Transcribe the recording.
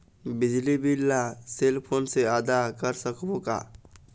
बिजली बिल ला cell phone से आदा कर सकबो का?